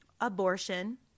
abortion